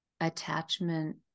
attachment